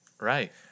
Right